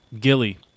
Gilly